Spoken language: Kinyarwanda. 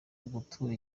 gutura